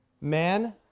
Man